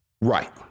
Right